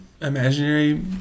imaginary